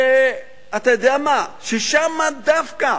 ששם דווקא